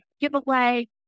giveaway